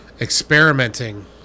experimenting